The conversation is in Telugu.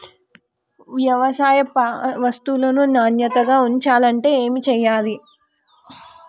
వ్యవసాయ వస్తువులను నాణ్యతగా ఉంచాలంటే ఏమి చెయ్యాలే?